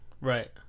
Right